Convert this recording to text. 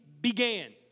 began